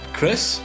Chris